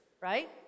right